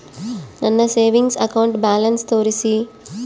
ನನ್ನ savings account balance ತೋರಿಸಿ?